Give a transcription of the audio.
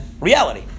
reality